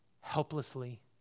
helplessly